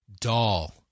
doll